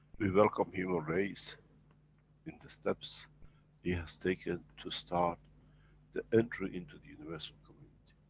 we welcome human race in the steps he has taken to start the entry into the universal community.